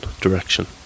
direction